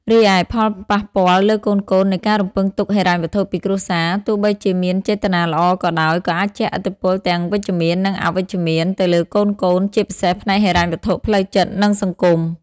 រីឯ ផលប៉ះពាល់លើកូនៗនៃការរំពឹងទុកហិរញ្ញវត្ថុពីគ្រួសារ ទោះបីជាមានចេតនាល្អក៏ដោយ ក៏អាចជះឥទ្ធិពលទាំងវិជ្ជមាន និងអវិជ្ជមានទៅលើកូនៗ ជាពិសេសផ្នែកហិរញ្ញវត្ថុ ផ្លូវចិត្ត និងសង្គម។